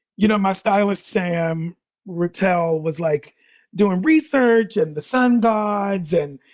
you know, my stylist, sam retail was like doing research and the sun gods and,